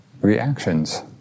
reactions